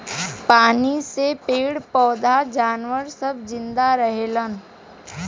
पानी से पेड़ पौधा जानवर सब जिन्दा रहेले